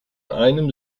einem